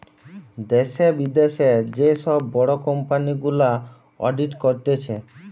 দ্যাশে, বিদ্যাশে যে সব বড় কোম্পানি গুলা অডিট করতিছে